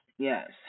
Yes